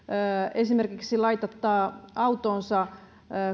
esimerkiksi laitattaa autoonsa